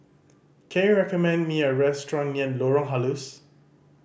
can you recommend me a restaurant near Lorong Halus